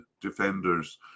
defenders